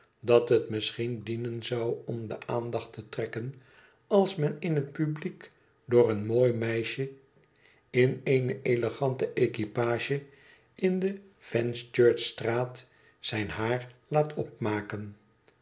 dat het misschien dienen zou om de aandacht te trekken als men in het publiek door een mooi meisje in eene elegante equipage in de fenchurchstraat zijn haar laat opmaken